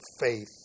faith